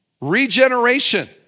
Regeneration